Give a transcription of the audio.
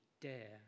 dare